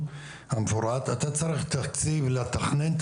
אתה צריך תקציב לתכנון המפורט,